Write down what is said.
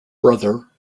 brother